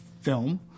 film